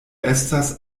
estas